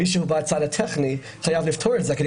מישהו בצד הטכני חייב לפתור את זה כדי